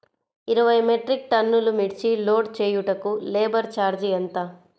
ఇరవై మెట్రిక్ టన్నులు మిర్చి లోడ్ చేయుటకు లేబర్ ఛార్జ్ ఎంత?